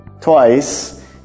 twice